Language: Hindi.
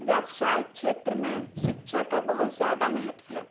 व्यवसाय क्षेत्र में शिक्षा का बहुत ज़्यादा महत्व है